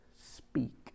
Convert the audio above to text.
speak